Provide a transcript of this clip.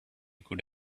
could